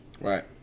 Right